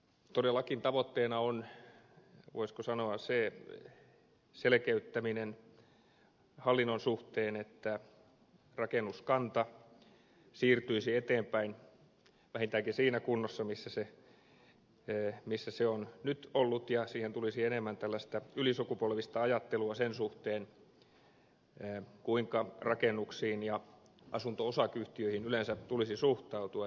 todellakin tavoitteena on voisiko sanoa se selkeyttäminen hallinnon suhteen että rakennuskanta siirtyisi eteenpäin vähintäänkin siinä kunnossa missä se on nyt ollut ja siihen tulisi enemmän tällaista ylisukupolvista ajattelua sen suhteen kuinka rakennuksiin ja asunto osakeyhtiöihin yleensä tulisi suhtautua